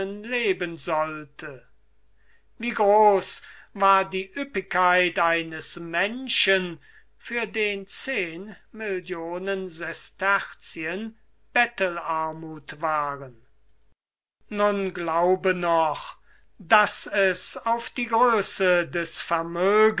leben sollte wie groß war die ueppigkeit eines menschen für den zehn millionen sesterzien bettelarmuth waren nun glaube noch daß er auf die größe des vermögens